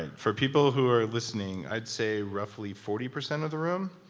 and for people who are listening, i'd say roughly forty percent of the room?